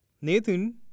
Nathan